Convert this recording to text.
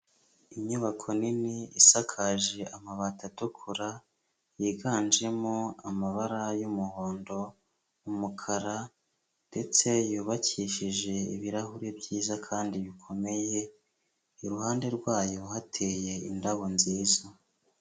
Inyubako nini isakaje amabati atukura, yiganjemo amabara y'umuhondo, umukara ndetse yubakishije ibirahuri byiza kandi bikomeye, iruhande rwayo hateye indabo nziza.